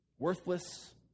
Worthless